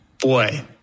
Boy